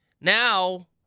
Now